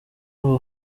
ubu